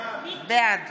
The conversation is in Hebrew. בעד